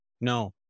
No